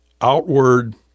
outward